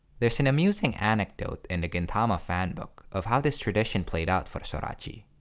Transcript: there's an amusing anecdote in the gintama fanbook of how this tradition played out for sorachi.